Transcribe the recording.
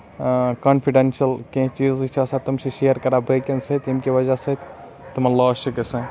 confidential کیٚنہہ چیٖزے چھِ آسان تِم چھِ شِیر کران بٲقین ستۍ یمہِ کہِ وجہ سۭتۍ تِمن لاس چھُ گژھان